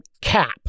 cap